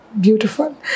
Beautiful